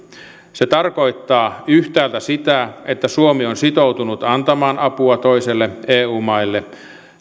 se tarkoittaa yhtäältä sitä että suomi on sitoutunut antamaan apua toisille eu maille